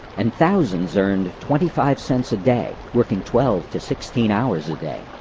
and thousands earned twenty five cents a day, working twelve to sixteen hours a day.